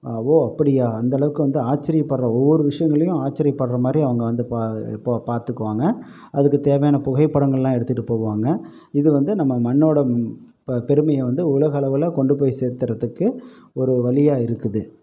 ஆ ஓ அப்படியா அந்தளவுக்கு வந்து ஆச்சரியப்படுற ஒவ்வொரு விஷயங்கள்லையும் ஆச்சரியப்படுற மாதிரி அவங்க வந்து இப்போ இப்போது பார்த்துக்குவாங்க அதுக்குத் தேவையான புகைப்படங்களெலாம் எடுத்துகிட்டுப் போவாங்க இது வந்து நம்ம மண்ணோட ம் இப்போ பெருமையை வந்து உலகளவில் கொண்டு போய் சேர்த்துறத்துக்கு ஒரு வழியாக இருக்குது